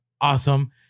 awesome